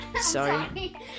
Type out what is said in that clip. sorry